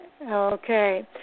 Okay